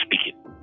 speaking